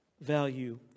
value